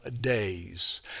days